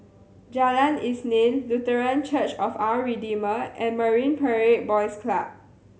Jalan Isnin Lutheran Church of Our Redeemer and Marine Parade Boys Club